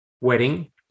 wedding